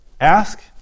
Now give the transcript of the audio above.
ask